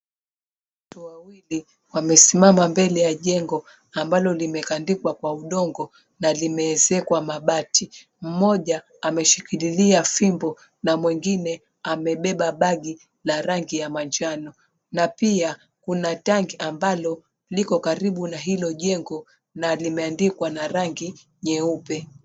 Watu wawili wamesimama mbele ya jengo ambalo limekandikwa kwa udongo na limeezekwa mabati. Mmoja ameshikililia fimbo na mwingine amebeba bagi la rangi ya manjano. Na pia kuna tank ambalo liko karibu na hilo jengo na limeandikwa na rangi nyeupe.